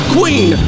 Queen